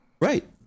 Right